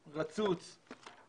רצוץ,